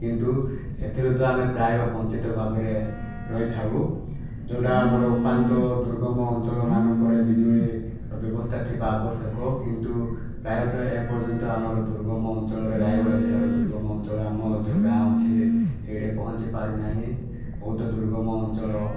କିନ୍ତୁ ସେଥିରୁ ତ ଆମେ ପ୍ରାୟ ବଞ୍ଚିତ ଭାବରେ ରହିଥାଉ ଯେଉଁଟା ଆମର ଓପାନ୍ତ ଦୁର୍ଗମ ଅଞ୍ଚଳରେ ବିଜୁଳି ବ୍ୟବସ୍ଥା ଥିବା ଆବଶ୍ୟକ କିନ୍ତୁ ପ୍ରାୟତଃ ଏ ପର୍ଯ୍ୟନ୍ତ ଆମର ଦୁର୍ଗମ ଅଞ୍ଚଳ ରାୟଗଡ଼ା ଜିଲ୍ଲାର ଦୁର୍ଗମ ଅଞ୍ଚଳ ଆମର ଯେଉଁ ଗାଁ ଅଛି ସେଇଠି ପହଞ୍ଚି ପାରୁନାହିଁ ବହୁତ ଦୁର୍ଗମ ଅଞ୍ଚଳ